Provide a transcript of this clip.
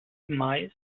mais